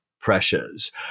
pressures